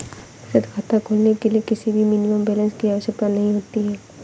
बचत खाता खोलने के लिए किसी भी मिनिमम बैलेंस की आवश्यकता नहीं होती है